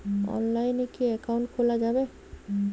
অনলাইনে কি অ্যাকাউন্ট খোলা যাবে?